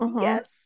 yes